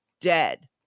dead